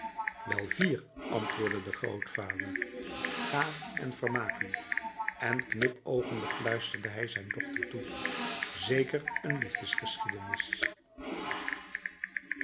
wel vier antwoordde de grootvader ga en vermaak u en knipoogende fluisterde hij zijn dochter toe zeker een